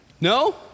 No